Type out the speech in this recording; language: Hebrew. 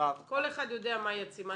כל אחד יודע מה היא עצימת עיניים.